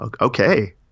okay